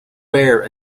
bear